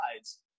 sides